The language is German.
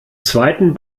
zweiten